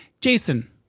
Jason